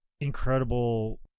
incredible